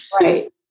Right